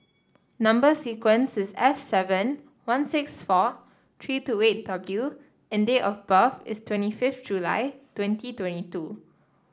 number sequence is S seven one six four three two eight W and date of birth is twenty fifth July twenty twenty two